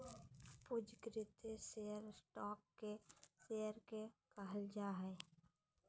पंजीकृत share stock के share के कहल जा हइ